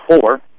four